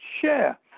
share